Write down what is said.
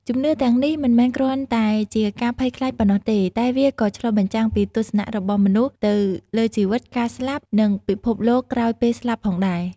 ជំនឿទាំងនេះមិនមែនគ្រាន់តែជាការភ័យខ្លាចប៉ុណ្ណោះទេ តែវាក៏ឆ្លុះបញ្ចាំងពីទស្សនៈរបស់មនុស្សទៅលើជីវិត ការស្លាប់ និងពិភពលោកក្រោយពេលស្លាប់ផងដែរ។